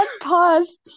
pause